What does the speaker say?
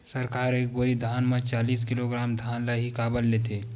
सरकार एक बोरी धान म चालीस किलोग्राम धान ल ही काबर लेथे?